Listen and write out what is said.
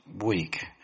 week